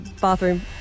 Bathroom